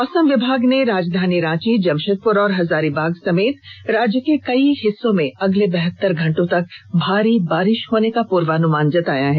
मौसम विभाग ने राजधानी रांची जमशेदपुर और हजारीबाग समेत राज्य के कई हिस्सों में अगले बहतर घंटे तक भारी बारिश होने का पूर्वानुमान लगाया है